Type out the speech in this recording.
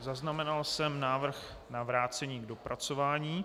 Zaznamenal jsem návrh na vrácení k dopracování.